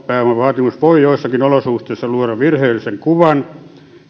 pääomavaatimus voi joissakin olosuhteissa luoda virheellisen kuvan